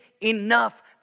enough